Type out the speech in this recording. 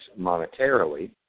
monetarily